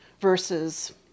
versus